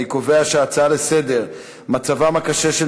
אני קובע שההצעות לסדר-היום: מצבם הקשה של